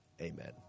Amen